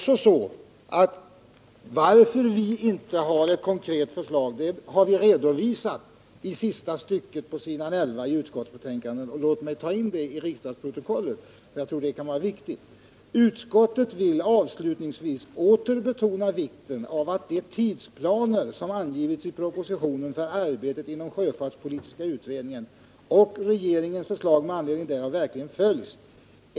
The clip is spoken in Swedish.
Skälen till att vi inte har ett konkret förslag har vi redovisat i sista stycket av utskottets motivering på s. 11 i utskottets betänkande. Låt mig läsa in detta i riksdagsprotokollet. Det kan vara viktigt: ”Utskottet vill avslutningsvis åter betona vikten av att de tidsplaner som angivits i propositionen för arbetet inom sjöfartspolitiska utredningen och regeringens förslag med anledning därav verkligen följs.